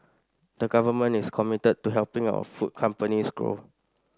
the government is committed to helping our food companies grow